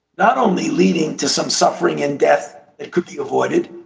not only leading to some suffering and deaths, it could be avoided.